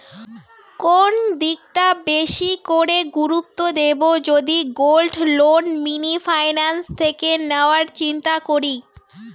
কোন দিকটা বেশি করে গুরুত্ব দেব যদি গোল্ড লোন মিনি ফাইন্যান্স থেকে নেওয়ার চিন্তা করি?